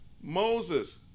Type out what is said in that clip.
Moses